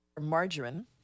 margarine